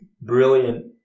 brilliant